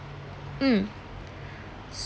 mm